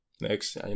Next